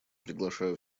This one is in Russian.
приглашаю